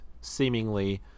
seemingly